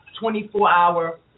24-hour